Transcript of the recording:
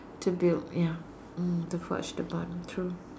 to build ya mm to forge the bond true